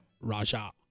Raja